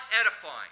edifying